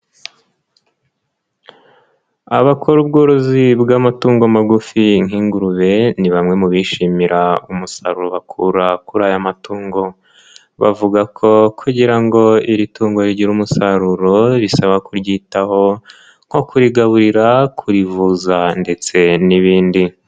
Abakora ubworozi bw'amatungo magufi nk'ingurube, ni bamwe mu bishimira umusaruro bakura kuri aya matungo bavuga ko kugira ngo iri tungo rigire umusaruro risaba kuryitaho nko kurigaburira, kurivuza ndetse n'ibindi.